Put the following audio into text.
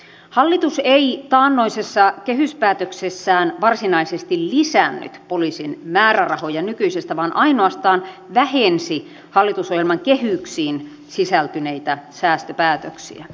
hallitus ei taannoisessa kehyspäätöksessään varsinaisesti lisännyt poliisin määrärahoja nykyisestä vaan ainoastaan vähensi hallitusohjelman kehyksiin sisältyneitä säästöpäätöksiä